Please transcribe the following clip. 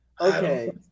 Okay